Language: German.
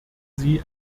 sie